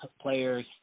players